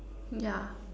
ya